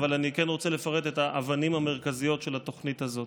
אבל אני כן רוצה לפרט את האבנים המרכזיות של התוכנית הזאת.